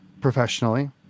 professionally